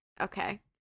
Okay